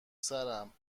سرم